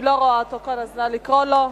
אני לא רואה אותו כאן, אז נא לקרוא לו.